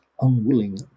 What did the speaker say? unwilling